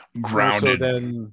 Grounded